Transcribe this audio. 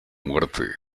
muerte